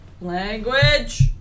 Language